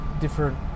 different